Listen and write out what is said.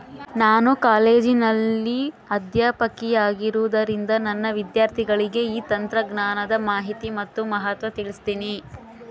ನಾನು ಕಾಲೇಜಿನಲ್ಲಿ ಅಧ್ಯಾಪಕಿಯಾಗಿರುವುದರಿಂದ ನನ್ನ ವಿದ್ಯಾರ್ಥಿಗಳಿಗೆ ಈ ತಂತ್ರಜ್ಞಾನದ ಮಾಹಿನಿ ಮತ್ತು ಮಹತ್ವ ತಿಳ್ಸೀನಿ